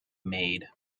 maid